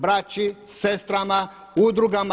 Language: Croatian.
Braći, sestrama, udrugama.